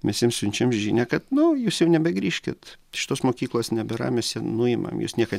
mes jiem siunčiam žinią kad nu jūs jau nebegrįžkit šitos mokyklos nebėra mes ją nuimam jūs niekad